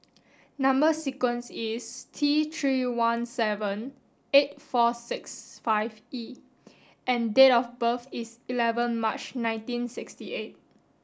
number sequence is T three one seven eight four six five E and date of birth is eleven March nineteen sixty eight